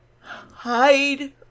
hide